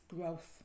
growth